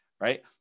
Right